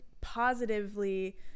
positively